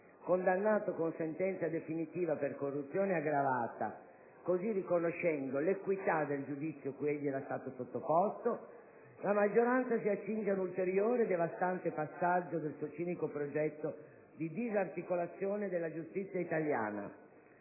condannato con sentenza definitiva per corruzione aggravata, così riconoscendo l'equità del giudizio cui egli è stato sottoposto, la maggioranza si accinge ad un ulteriore, devastante passaggio del suo cinico progetto di disarticolazione della giustizia italiana.